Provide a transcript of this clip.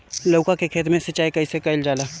लउका के खेत मे सिचाई कईसे कइल जाला?